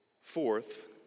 Fourth